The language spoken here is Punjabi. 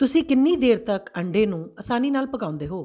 ਤੁਸੀਂ ਕਿੰਨੀ ਦੇਰ ਤੱਕ ਅੰਡੇ ਨੂੰ ਆਸਾਨੀ ਨਾਲ ਪਕਾਉਂਦੇ ਹੋ